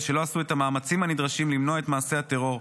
שלא עשו את המאמצים הנדרשים למנוע את מעשה הטרור,